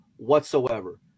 whatsoever